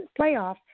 playoff